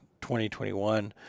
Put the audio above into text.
2021